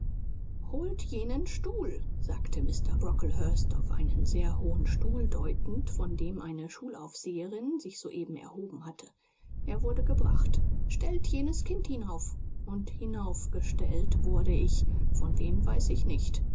holt jenen stuhl sagte mr brocklehurst auf einen sehr hohen stuhl deutend von dem eine schulaufseherin sich soeben erhoben hatte er wurde gebracht stellt jenes kind hinauf und hinauf gestellt wurde ich von wem weiß ich nicht